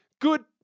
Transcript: good –